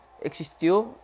existió